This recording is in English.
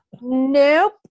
Nope